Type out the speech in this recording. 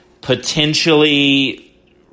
potentially